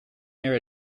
air